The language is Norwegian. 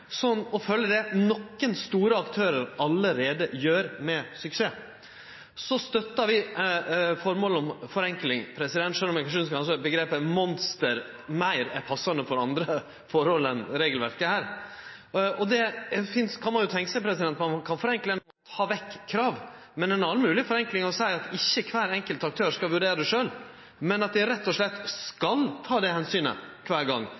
det, som nokre store aktørar allereie gjer med suksess. Så stør vi formålet om forenkling, sjølv om eg kanskje synest omgrepet «monster» er meir passande for andre forhold enn dette regelverket. Ein kan jo tenkje seg forenkling ved å ta vekk krav, men ei anna mogleg forenkling er å seie at ikkje kvar enkelt aktør skal vurdere det sjølv, men at dei rett og slett skal ta det omsynet kvar gong,